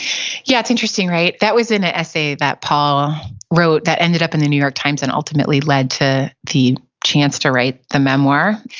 yeah, it's interesting, right? that was in an essay that paul wrote that ended up in the new york times and ultimately led to the chance to write the memoir.